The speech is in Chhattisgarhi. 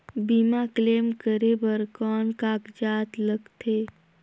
बीमा क्लेम करे बर कौन कागजात लगथे?